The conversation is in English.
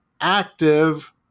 active